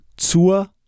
zur